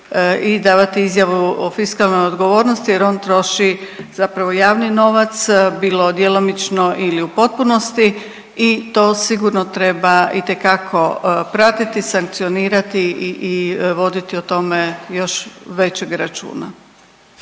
i davati izjavu o fiskalnoj odgovornosti jer on troši zapravo javni novac, bilo djelomično ili u potpunosti i to sigurno treba itekako pratiti, sankcionirati i voditi o tome još većeg računa.